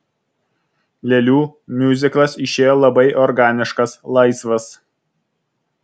lėlių miuziklas išėjo labai organiškas laisvas